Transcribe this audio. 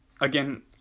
again